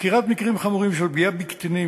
חקירת מקרים חמורים של פגיעה בקטינים